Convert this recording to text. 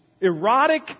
erotic